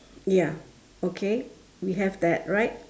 ya okay we have that right